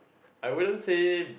I wouldn't say